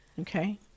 Okay